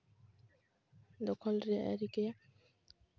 ᱫᱚᱠᱷᱚᱞ ᱨᱮᱭᱟᱜᱼᱮ ᱨᱤᱠᱟᱹᱭᱟ